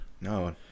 no